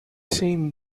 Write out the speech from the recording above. same